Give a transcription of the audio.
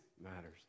matters